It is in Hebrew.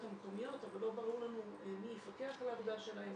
המקומיות אבל לא ברור לנו מי יפקח על העבודה שלהם,